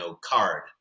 card